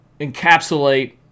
encapsulate